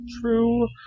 True